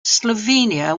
slovenia